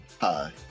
Hi